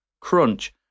crunch